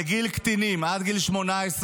לגיל קטינים, עד גיל 18,